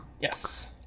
yes